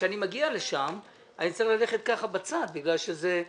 כשאני מגיע לשם אני צריך ללכת ככה בצד בגלל שאתה לא נכנס.